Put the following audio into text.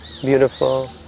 beautiful